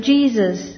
Jesus